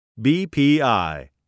BPI